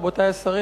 רבותי השרים,